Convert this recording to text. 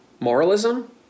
moralism